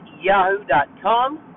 yahoo.com